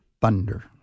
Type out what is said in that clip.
Thunder